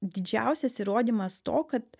didžiausias įrodymas to kad